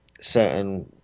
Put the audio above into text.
certain